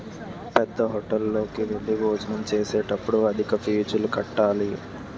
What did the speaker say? పేద్దహోటల్లోకి వెళ్లి భోజనం చేసేటప్పుడు అధిక ఫీజులు కట్టాలి